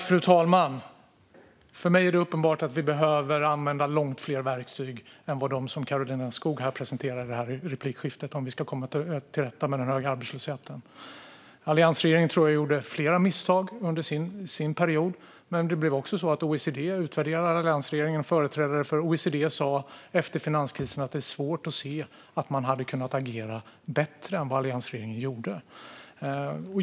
Fru talman! För mig är det uppenbart att vi behöver använda långt fler verktyg än de som Karolina Skog presenterar här i replikskiftet om vi ska komma till rätta med den höga arbetslösheten. Alliansregeringen tror jag gjorde flera misstag under sin period, men det blev också så att OECD utvärderade alliansregeringen, och företrädare för OECD sa efter finanskrisen att det är svårt att se att man hade kunnat agera bättre än vad alliansregeringen gjorde.